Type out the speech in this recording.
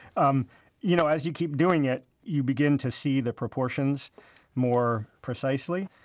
um you know as you keep doing it, you begin to see the proportions more precisely,